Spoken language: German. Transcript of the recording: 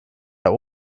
der